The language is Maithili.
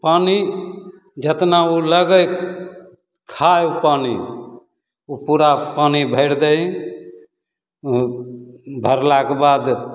पानि जेतना ओ लगैक खाइ ओ पानि ओ पूरा पानि भैरि दै हइ भरलाके बाद